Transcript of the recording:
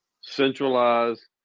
centralize